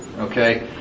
Okay